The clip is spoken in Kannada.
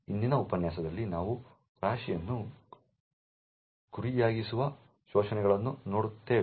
ಇಂದಿನ ಉಪನ್ಯಾಸದಲ್ಲಿ ನಾವು ರಾಶಿಯನ್ನು ಗುರಿಯಾಗಿಸುವ ಶೋಷಣೆಗಳನ್ನು ನೋಡುತ್ತೇವೆ